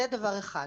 זה דבר אחד.